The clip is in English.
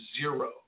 zero